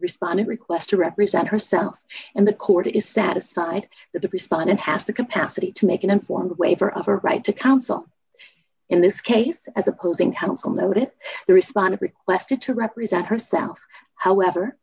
respond a request to represent herself and the court is satisfied that the respondent has the capacity to make an informed waiver of a right to counsel in this case as a closing counsel noted they responded requested to represent herself however